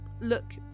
look